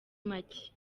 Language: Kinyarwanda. macye